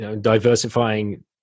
diversifying